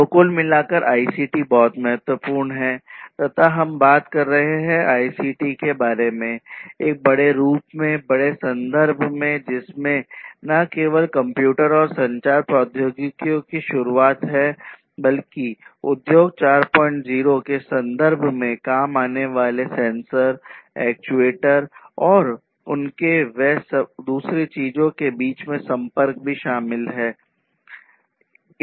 तो कुल मिलाकर आईसीटी बहुत महत्वपूर्ण है तथा हम बात कर रहे हे आईसीटी के बारे में एक बड़े रूप में बड़े संदर्भ में जिसमें न केवल कंप्यूटर और संचार प्रौद्योगिकियों की शुरूआत बल्कि उद्योग 40 संदर्भ में काम आने वाले सेंसर और उनके व दूसरी चीजों के बीच में संपर्क भी सम्मिलित है